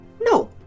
No